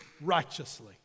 righteously